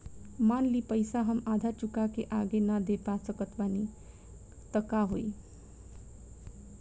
मान ली पईसा हम आधा चुका के आगे न दे पा सकत बानी त का होई?